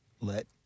let